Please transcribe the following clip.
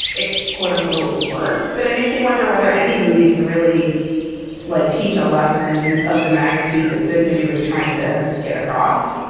it quote-unquote worked. but it makes me wonder whether any movie can really like teach a lesson of the magnitude that this movie was trying to get across.